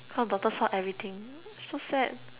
so daughter saw everything so sad